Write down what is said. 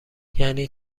یعنی